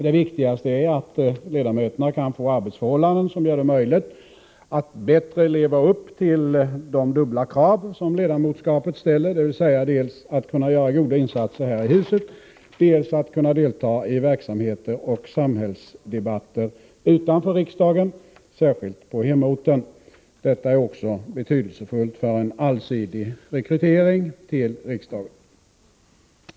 Det viktigaste är att ledamöterna kan få arbetsförhållanden som gör det möjligt att bättre leva upp till de dubbla krav som ledamotskapet ställer, dvs. dels att kunna göra goda insatser här i huset, dels att kunna delta i verksamheter och samhällsdebatter utanför riksdagen, särskilt på hemorten. Detta är också betydelsefullt för en allsidig rekrytering till riksdagen.